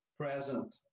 present